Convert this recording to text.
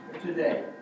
today